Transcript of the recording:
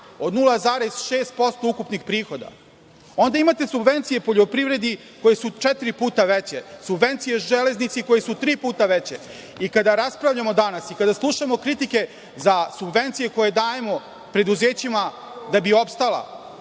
od 0,6% ukupnih prihoda. Onda, imate subvencije poljoprivredi koje su četiri puta veće, subvencije železnici koje su tri puta veće i kada raspravljamo danas i kada slušamo kritike za subvencije koje dajemo preduzećima da bi opstala